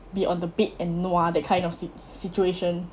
be on the bed and nua that kind of sit~ situation